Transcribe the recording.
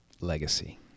legacy